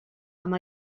amb